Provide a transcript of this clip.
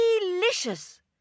delicious